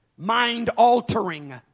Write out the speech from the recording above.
mind-altering